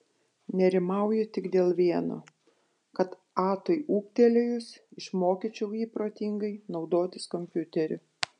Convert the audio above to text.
nerimauju tik dėl vieno kad atui ūgtelėjus išmokyčiau jį protingai naudotis kompiuteriu